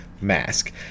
mask